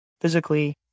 physically